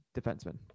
defenseman